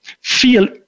feel